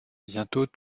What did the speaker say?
bientôt